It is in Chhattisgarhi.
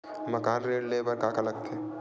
मकान ऋण ले बर का का लगथे?